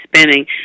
spinning